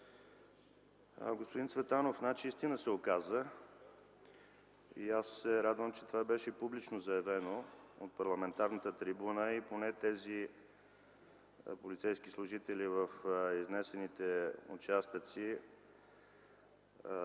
Господин Цветанов, значи истина се оказа и аз се радвам, че това беше публично заявено от парламентарната трибуна и поне тези полицейски служители в изнесените участъци